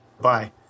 Bye